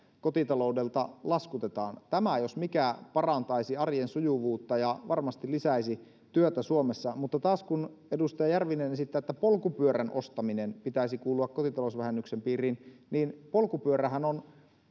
kotitaloudelta laskutetaan tämä jos mikä parantaisi arjen sujuvuutta ja varmasti lisäisi työtä suomessa mutta taas kun edustaja järvinen esittää että polkupyörän ostaminen pitäisi kuulua kotitalousvähennyksen piiriin niin polkupyörähän on